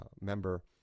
member